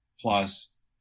Plus